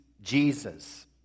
Jesus